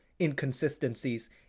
inconsistencies